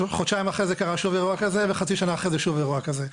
חודשיים אחרי זה קרה שוב אירוע כזה וחצי שנה אחרי זה שוב אירוע כזה.